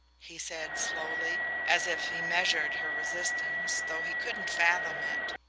he said slowly, as if he measured her resistance though he couldn't fathom it,